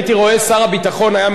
שר הביטחון היה משיב.